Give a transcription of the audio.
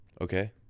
Okay